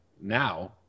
now